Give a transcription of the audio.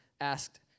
asked